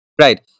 right